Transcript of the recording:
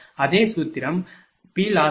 அதே சூத்திரம் PLoss1r×P2Q2| V|20